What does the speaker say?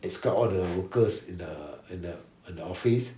escort all the workers in the in the in the office